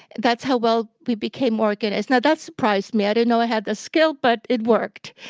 that's how well we became organized. now, that surprised me. i didn't know i had the skill, but it worked.